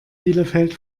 bielefeld